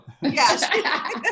Yes